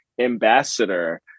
ambassador